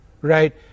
Right